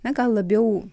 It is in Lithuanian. na gal labiau